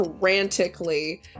frantically